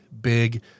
big